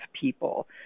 people